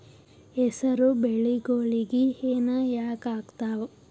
ಹೆಸರು ಬೆಳಿಗೋಳಿಗಿ ಹೆನ ಯಾಕ ಆಗ್ತಾವ?